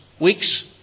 weeks